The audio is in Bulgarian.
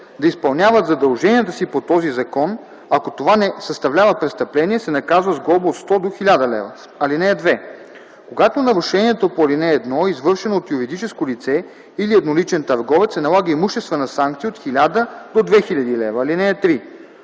да изпълняват задълженията си по този закон, ако това не съставлява престъпление, се наказва с глоба от 100 до 1000 лв. (2) Когато нарушението по ал. 1 е извършено от юридическо лице или едноличен търговец се налага имуществена санкция от 1000 до 2000 лв. ДОКЛАДЧИК